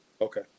Okay